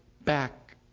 back